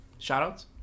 Shoutouts